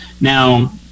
now